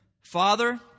father